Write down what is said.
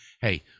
Hey